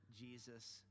Jesus